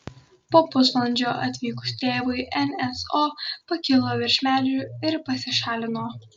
po pusvalandžio atvykus tėvui nso pakilo virš medžių ir pasišalino